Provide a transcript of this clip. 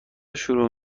شروع